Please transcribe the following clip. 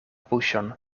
buŝon